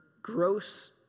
gross